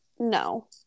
no